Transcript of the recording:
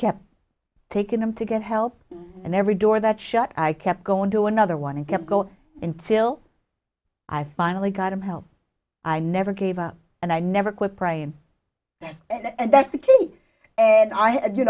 kept taking them to get help and every door that shut i kept going to another one and kept go until i finally got him help i never gave up and i never quit praying there and that's the key and i had you